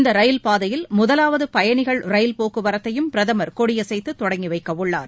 இந்த ரயில் பாதையில் முதலாவது பயணிகள் ரயில் போக்குவரத்தையும் பிரதமர் கொடியசைத்து தொடங்கி வைக்கவுள்ளார்